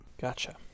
Gotcha